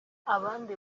abandi